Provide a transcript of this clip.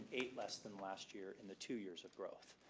eight less than last year, in the two years of growth.